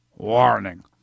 Warning